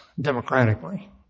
democratically